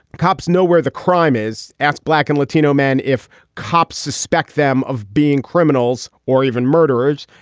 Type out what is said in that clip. cops know where the crime is. ask black and latino men if cops suspect them of being criminals or even murderers.